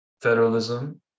federalism